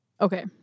Okay